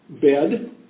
bed